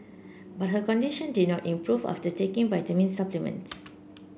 but her condition did not improve after taking vitamin supplements